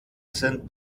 sind